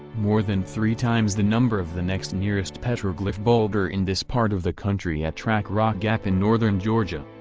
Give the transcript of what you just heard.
more than three times the number of the next-nearest petroglyph boulder in this part of the country at track rock gap in northern georgia.